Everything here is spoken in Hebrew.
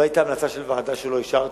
לא היתה המלצה של ועדה שלא אישרתי.